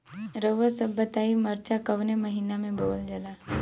रउआ सभ बताई मरचा कवने महीना में बोवल जाला?